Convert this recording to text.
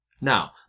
Now